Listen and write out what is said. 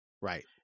right